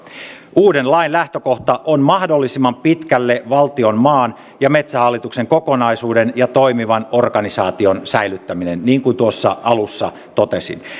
uuden lain lähtökohta on mahdollisimman pitkälle valtion maan ja metsähallituksen kokonaisuuden ja toimivan organisaation säilyttäminen niin kuin tuossa alussa totesin